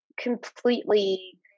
completely